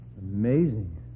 amazing